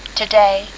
today